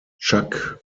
chuck